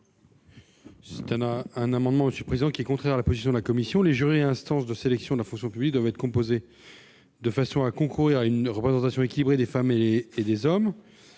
Cet amendement est contraire à la position de la commission. Les jurys et instances de sélection de la fonction publique doivent être « composés de façon à concourir à une représentation équilibrée entre les femmes et les hommes